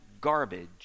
garbage